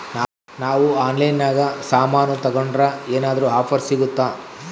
ನಾವು ಆನ್ಲೈನಿನಾಗ ಸಾಮಾನು ತಗಂಡ್ರ ಏನಾದ್ರೂ ಆಫರ್ ಸಿಗುತ್ತಾ?